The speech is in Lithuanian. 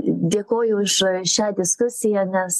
dėkoju už šią diskusiją nes